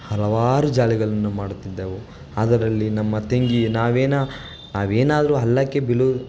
ಹಲವಾರು ಜಾಲಿಗಳನ್ನು ಮಾಡುತ್ತಿದ್ದೆವು ಅದರಲ್ಲಿ ನಮ್ಮ ತಂಗಿ ನಾವೇನು ನಾವೇನಾದರೂ ಹಳ್ಳಕ್ಕೆ ಬೀಳು